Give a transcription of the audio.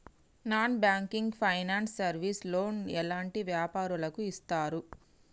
Non banking finance service లో loan ఎలాంటి వ్యాపారులకు ఇస్తరు?